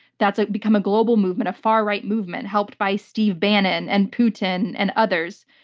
that's like become a global movement, a far right movement helped by steve bannon and putin and others.